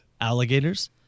Alligators